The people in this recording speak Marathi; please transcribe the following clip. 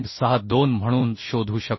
62 म्हणून शोधू शकतो